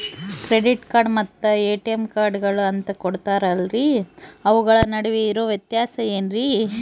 Credit card ಮತ್ತ ATM ಕಾರ್ಡುಗಳು ಅಂತಾ ಕೊಡುತ್ತಾರಲ್ರಿ ಅವುಗಳ ನಡುವೆ ಇರೋ ವ್ಯತ್ಯಾಸ ಏನ್ರಿ?